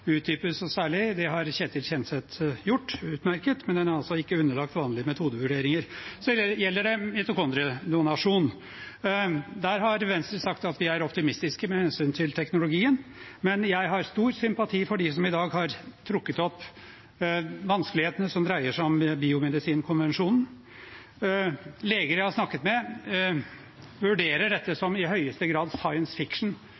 utdype noe særlig – det har representanten Ketil Kjenseth utmerket gjort – men den er ikke underlagt vanlige metodevurderinger. Så gjelder det mitokondriedonasjon. Der har vi i Venstre sagt at vi er optimistiske med hensyn til teknologien, men jeg har stor sympati for dem som i dag har trukket opp vanskelighetene som dreier seg om biomedisinkonvensjonen. Leger jeg har snakket med, vurderer dette som i høyeste grad science fiction